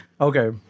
Okay